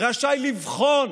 רשאי לבחון,